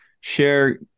share